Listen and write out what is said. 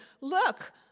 look